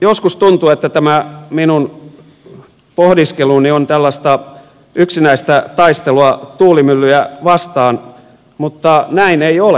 joskus tuntuu että tämä minun pohdiskeluni on tällaista yksinäistä taistelua tuulimyllyjä vastaan mutta näin ei ole